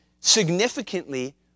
significantly